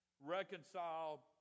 reconcile